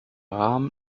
rahmen